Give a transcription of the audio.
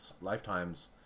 lifetimes